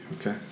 okay